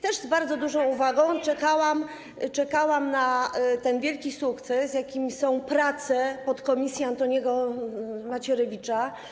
Też z bardzo dużą uwagą czekałam na ten wielki sukces, jakim są prace podkomisji Antoniego Macierewicza.